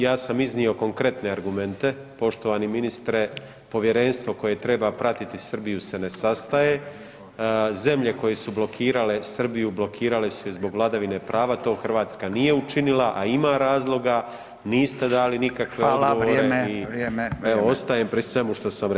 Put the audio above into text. Ja sam iznio konkretne argumente, poštovani ministre, povjerenstvo koje treba pratiti Srbiju se ne sastaje, zemlje koje su blokirale Srbiju, blokirale su je zbog vladavine prava, to Hrvatska nije učinila a ima razloga, niste dali nikakve odgovore [[Upadica Radin: Hvala, vrijeme.]] i evo ostajem pri svemu što sam rekao.